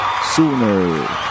sooner